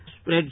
spread